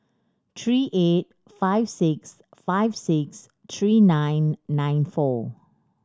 three eight five six five six three nine nine four